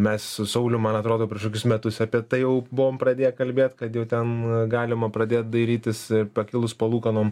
mes su saulium man atrodo prieš kokius metus apie tai jau buvom pradėję kalbėt kad jau ten galima pradėt dairytis pakilus palūkanom